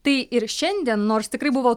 tai ir šiandien nors tikrai buvo